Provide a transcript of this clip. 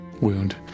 wound